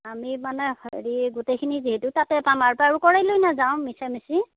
আমি মানে হেৰি গোটেইখিনি যিহেতু তাতে পাম লৈ নাযাওঁ মিছা মিছি